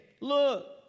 Look